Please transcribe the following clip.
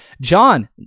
John